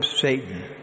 Satan